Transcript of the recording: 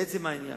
לעצם העניין,